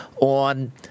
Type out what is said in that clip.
on